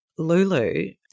Lulu